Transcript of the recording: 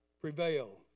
prevail